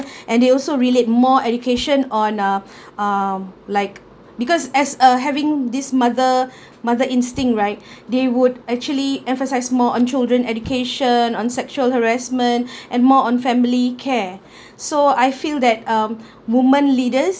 and they also relate more education on uh uh like because as a having this mother mother instinct right they would actually emphasis more on children education on sexual harassment and more on family care so I feel that um women leaders